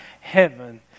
heaven